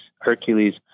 Hercules